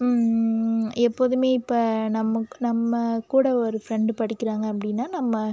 எப்போதுமே இப்போ நமக்கு நம்ம கூட ஒரு ஃப்ரெண்டு படிக்கிறாங்க அப்படின்னா நம்ம